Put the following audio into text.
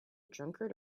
drunkard